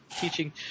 teaching